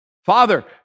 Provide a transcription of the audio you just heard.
Father